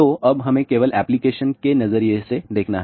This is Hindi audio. तो अब हमें केवल एप्लीकेशन के नजरिए से देखना है